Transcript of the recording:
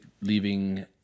leaving